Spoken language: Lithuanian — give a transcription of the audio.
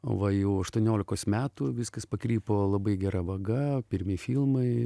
va jau aštuoniolikos metų viskas pakrypo labai gera vaga pirmi filmai